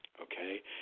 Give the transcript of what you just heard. okay